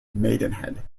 maidenhead